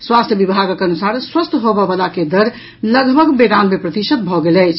स्वास्थ्य विभागक अनुसार स्वस्थ होबयवला के दर लगभग बेरानवे प्रतिशत भऽ गेल अछि